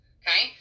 okay